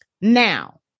Now